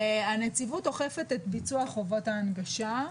הנציבות אוכפת את ביצוע חובות ההנגשה.